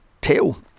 tail